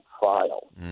trial